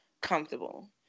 comfortable